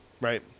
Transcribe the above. right